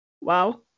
wow